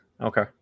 Okay